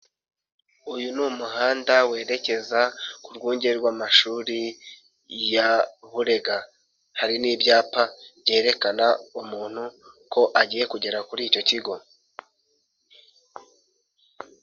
Uyu ni umuhanda werekeza ku rwunge rw'amashuri ya burega hari n'ibyapa byerekana umuntu ko agiye kugera kuri icyo kigo.